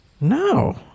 No